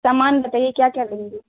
सामान बताइए क्या क्या लेंगी